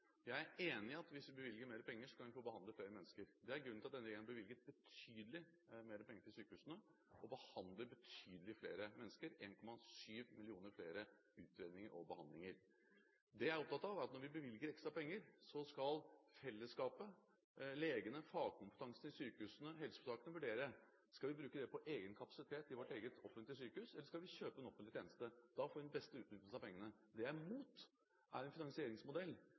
Jeg er enig i at hvis vi bevilger mer penger, kan vi få behandlet flere mennesker. Det er grunnen til at denne regjeringen har bevilget betydelig mer penger til sykehusene og behandler betydelig flere mennesker – 1,7 millioner flere utredninger og behandlinger. Det jeg er opptatt av, er at når vi bevilger ekstra penger, skal fellesskapet – legene, fagkompetansen i sykehusene og helseforetakene – vurdere: Skal vi bruke dette på egen kapasitet, i vårt eget offentlige sykehus, eller skal vi kjøpe en offentlig tjeneste? Da får vi den beste utnyttelsen av pengene. Det jeg er imot, er en finansieringsmodell